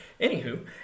Anywho